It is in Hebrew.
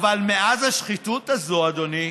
אבל מאז השחיתות הזאת, אדוני,